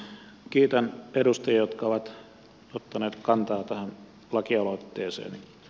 kiitän edustajia jotka ovat ottaneet kantaa tähän lakialoitteeseeni